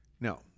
Now